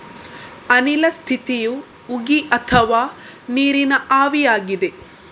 ಅನಿಲ ಸ್ಥಿತಿಯು ಉಗಿ ಅಥವಾ ನೀರಿನ ಆವಿಯಾಗಿದೆ